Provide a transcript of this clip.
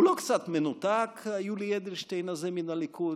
הוא לא קצת מנותק, יולי אדלשטיין הזה מהליכוד?